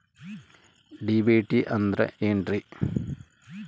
DBT ಅಂದ್ರ ಏನ್ರಿ?